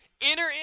enter